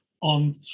on